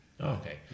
okay